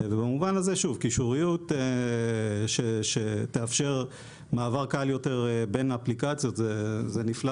במובן של קישוריות שתאפשר מעבר קל יותר בין האפליקציות זה נפלא